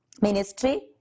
Ministry